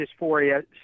dysphoria